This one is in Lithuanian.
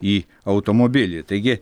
į automobilį taigi